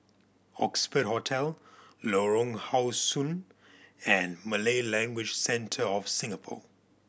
Oxford Hotel Lorong How Sun and Malay Language Centre of Singapore